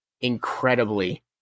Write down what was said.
incredibly